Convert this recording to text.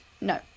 No